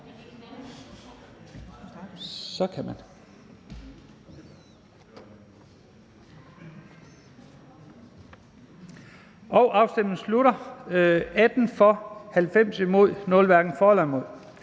så kan man